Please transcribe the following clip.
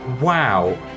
Wow